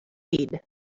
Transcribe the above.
need